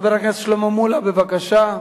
חבר הכנסת שלמה מולה, בבקשה.